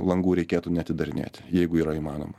langų reikėtų neatidarinėti jeigu yra įmanoma